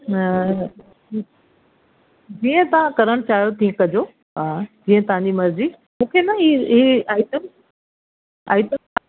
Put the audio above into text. जीअं तव्हां करणु चाहियो तीअं कजो हा जीअं तव्हांजी मर्ज़ी मूंखे न इहा इहा आइटम आइटम